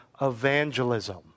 evangelism